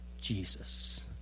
Jesus